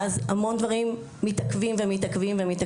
ואז המון דברים מתעכבים ומתעכבים.